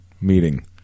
meeting